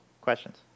Questions